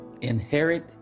inherit